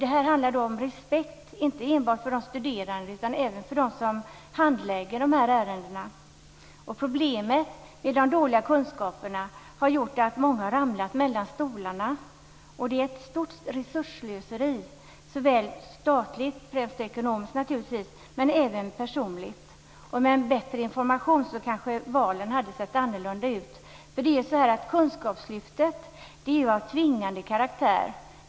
Det handlar om respekt, inte enbart för de studerande utan även för dem som handlägger de här ärendena. Problemen med de dåliga kunskaperna har gjort att många har ramlat mellan stolarna. Det är ett stort slöseri med resurser, såväl statliga, främst naturligtvis ekonomiska, som personliga. Med en bättre information kanske valen hade sett annorlunda ut? Kunskapslyftet är ju av tvingande karaktär.